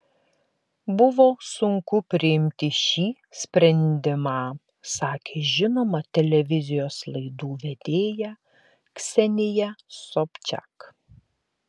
buvo sunku priimti šį sprendimą sakė žinoma televizijos laidų vedėja ksenija sobčiak